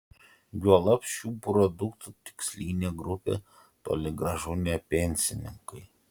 juolab šių produktų tikslinė grupė toli gražu ne pensininkai